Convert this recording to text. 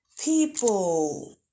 People